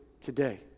today